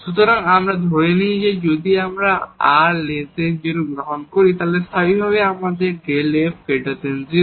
সুতরাং আমরা ধরে নিই যদি আমরা r 0 গ্রহণ করি তাহলে স্বাভাবিকভাবেই এই Δ f 0